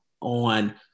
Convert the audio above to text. on